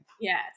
Yes